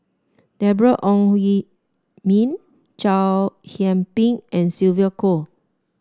Deborah Ong Yi Min Chow Yian Ping and Sylvia Kho